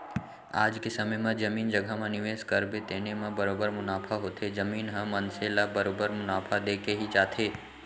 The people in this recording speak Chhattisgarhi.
आज के समे म जमीन जघा म निवेस करबे तेने म बरोबर मुनाफा होथे, जमीन ह मनसे ल बरोबर मुनाफा देके ही जाथे